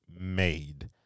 made